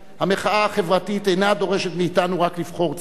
המחאה החברתית אינה דורשת מאתנו רק לבחור צד,